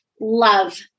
love